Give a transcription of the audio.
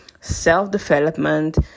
self-development